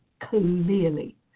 clearly